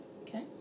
Okay